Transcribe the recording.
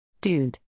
Dude